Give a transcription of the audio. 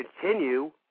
continue